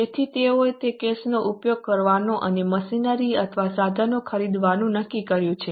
તેથી તેઓએ તે કેશનો ઉપયોગ કરવાનો અને મશીનરી અથવા સાધનો ખરીદવાનું નક્કી કર્યું છે